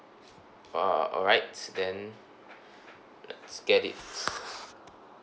!wah! alright then let's get it